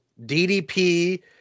DDP